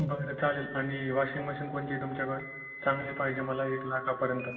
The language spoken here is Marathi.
बरं चालेल आणि वाशिंग मशीन कोणची आहे तुमच्याकडं चांगली पाहिजे मला एक लाखापर्यंत